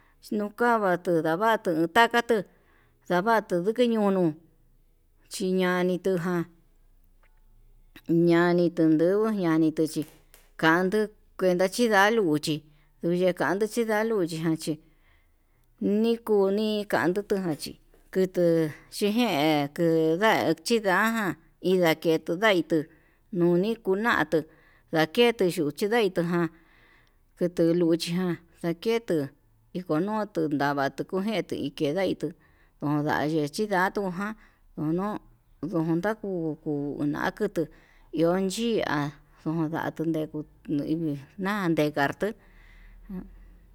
Nokavatu tundavatu takatuu, ndavatuu ndike ñunu chiñani tuján ñani tundugu ñani nachi kanduu, kuenda chí nda luchi lundekanduu chinda luchiján, chí nikuni kandutuján chí kutuu chiyee kuu ndachí nda'a indaketuu ndai, tuu tuni kunatu ndaketudu nuchindai tuján kutu luchiján ndaketu inkondoto ndava'a naketuje nikendai, tuu ondai chi chindatu ján ono ndontaku kuu nakutu, ion chi'a ndaku neko nii kimi ndan ndekartuu.